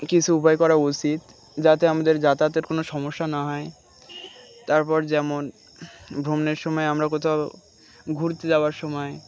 কিছু উপায় করা উচিত যাতে আমাদের যাতায়াতের কোনো সমস্যা না হয় তারপর যেমন ভ্রমণের সময় আমরা কোথাও ঘুরতে যওয়ার সময়